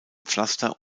pflaster